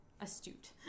astute